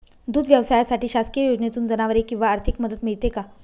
दूध व्यवसायासाठी शासकीय योजनेतून जनावरे किंवा आर्थिक मदत मिळते का?